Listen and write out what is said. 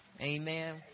Amen